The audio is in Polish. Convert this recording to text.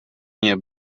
nie